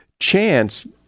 Chance